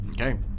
Okay